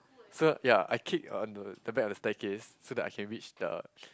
so ya I kick on the the back of the staircase so that I can reach the